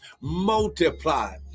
Multiply